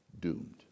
doomed